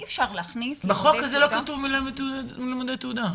אי אפשר -- בחוק הזה לא כתוב לימודי תעודה.